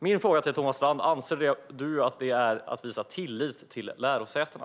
Min fråga till Thomas Strand är: Anser du att detta är att visa tillit till lärosätena?